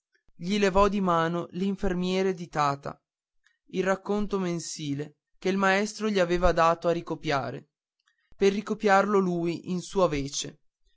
gli levò di mano l'infermiere di tata il racconto mensile che il maestro gli aveva dato a ricopiare per ricopiarlo lui in sua vece